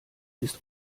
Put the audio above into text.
ist